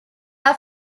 are